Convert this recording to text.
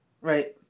Right